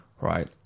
right